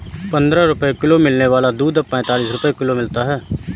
पंद्रह रुपए किलो मिलने वाला दूध अब पैंतालीस रुपए किलो मिलता है